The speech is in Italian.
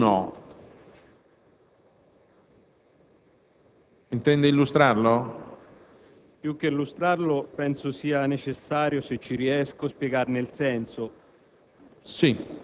chiedo scusa, Presidente,